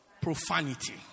Profanity